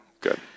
good